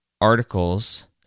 articles